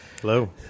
Hello